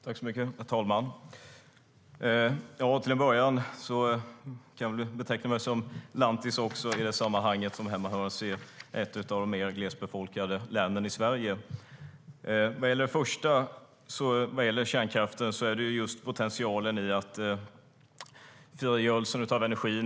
Herr talman! Till att börja med kan också jag beteckna mig som lantis i sammanhanget som hemmahörandes i ett av de mer glesbefolkade länen i Sverige.Vad gäller kärnkraften handlar det just om potentialen i frigörelsen av energin.